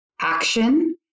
action